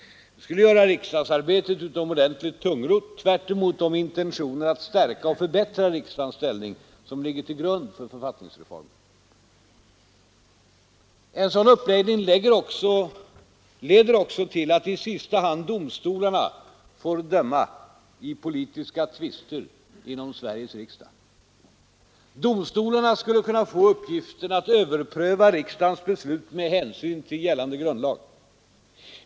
Det skulle göra riksdagsarbetet ytterligt tungrott, tvärtemot de intentioner att stärka och förbättra riksdagens ställning som ligger till grund för författningsreformen. En sådan uppläggning leder också till att i sista hand domstolarna får döma i politiska tvister inom Sveriges riksdag. Domstolarna skulle kunna få uppgiften att överpröva riksdagens beslut med hänsyn till gällande grundlag.